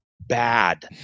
bad